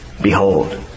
Behold